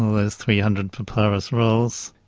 all those three hundred papyrus rolls,